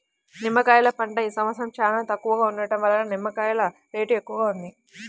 నిమ్మకాయల పంట ఈ సంవత్సరం చాలా తక్కువగా ఉండటం వలన నిమ్మకాయల రేటు ఎక్కువగా ఉంది